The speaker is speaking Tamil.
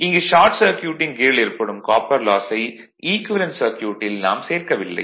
இங்கு ஷார்ட் சர்க்யூட்டிங் கியரில் ஏற்படும் காப்பர் லாஸை ஈக்குவேலன்ட் சர்க்யூட்டில் நாம் சேர்க்கவில்லை